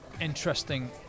interesting